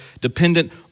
dependent